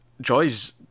Joy's